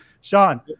Sean